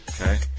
Okay